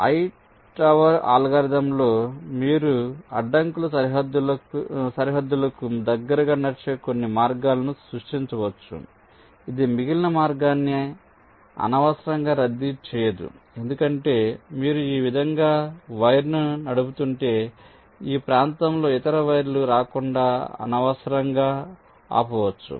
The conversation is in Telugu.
కాబట్టి హైటవర్ అల్గోరిథంలో మీరు అడ్డంకుల సరిహద్దులకు దగ్గరగా నడిచే కొన్ని మార్గాలను సృష్టించవచ్చు ఇది మిగిలిన మార్గాన్ని అనవసరంగా రద్దీ చేయదు ఎందుకంటే మీరు ఈ విధంగా వైర్ను నడుపుతుంటే ఈ ప్రాంతంలో ఇతర వైర్లు రాకుండా అనవసరంగా ఆపవచ్చు